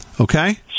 okay